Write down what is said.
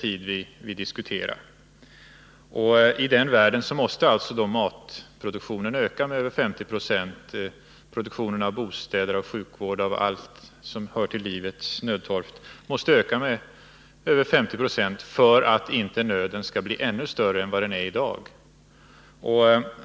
I den världen måste alltså produktionen av mat, bostäder, sjukvård och allt annat som hör till livets nödtorft öka med över 50 96 för att nöden inte skall bli ännu större än i dag.